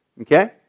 Okay